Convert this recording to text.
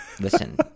Listen